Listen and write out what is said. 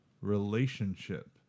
relationship